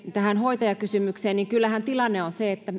tähän hoitajakysymykseen kyllähän tilanne on se